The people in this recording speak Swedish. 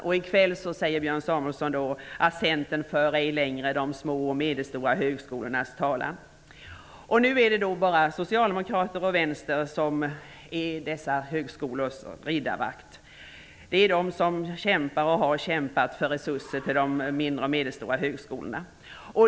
I kväll säger Björn Samuelson att Centern ej längre för de mindre och medelstora högskolornas talan. Nu är det bara socialdemokrater och vänster som är dessa högskolors riddarvakt. Det är de som kämpar och har kämpat för resurser till de mindre och medelstora högskolorna.